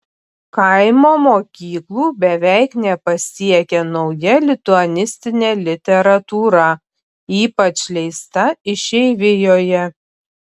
kaimo mokyklų beveik nepasiekia nauja lituanistinė literatūra ypač leista išeivijoje